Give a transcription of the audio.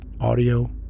Audio